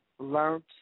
Learned